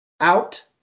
Out